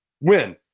Win